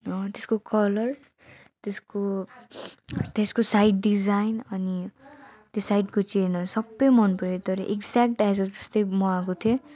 त्यसको कलर त्यसको त्यसको साइड डिजाइन अनि त्यो साइडको चेनहरू सबै मन पर्यो तर एक्ज्याक्ट जस्तै मगाएको थिएँ